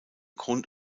grund